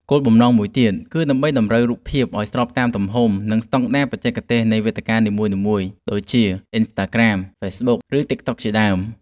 គោលបំណងមួយទៀតគឺដើម្បីតម្រូវរូបភាពឱ្យស្របតាមទំហំ និងស្ដង់ដារបច្ចេកទេសនៃវេទិកានីមួយៗដូចជា អ៊ីនស្តាក្រាម, ហ្វេសប៊ុក ឬ តីកតុកជាដើម។